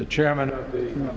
the chairman of th